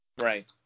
Right